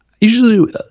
Usually